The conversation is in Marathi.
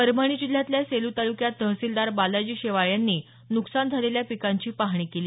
परभणी जिल्ह्यातल्या सेलू तालुक्यात तहसीलदार बालाजी शेवाळे यांनी नुकसान झालेल्या पिकांची पाहणी केली